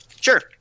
Sure